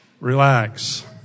Relax